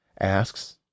asks